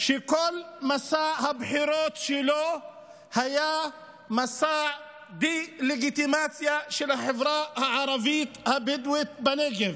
כל מסע הבחירות שלו היה מסע דה-לגיטימציה של החברה הערבית הבדואית בנגב.